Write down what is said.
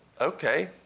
Okay